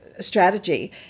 strategy